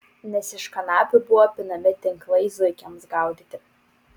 nes iš kanapių buvo pinami tinklai zuikiams gaudyti